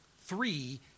Three